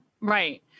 right